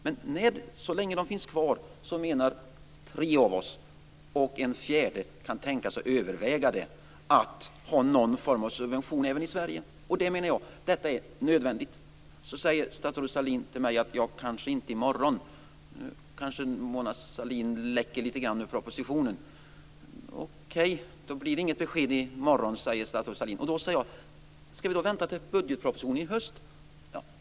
Men så länge de finns kvar menar tre av oss, och en fjärde kan tänka sig att överväga att ha någon form av subvention även i Sverige. Detta menar jag är nödvändigt. Sedan säger statsrådet Sahlin till mig: Kanske inte i morgon. Då kanske Mona Sahlin läcker lite grann ur budgetpropositionen. Okej, det blir inget besked i morgon, säger statsrådet Sahlin. Då frågar jag: Skall vi då vänta till budgetpropositionen i höst?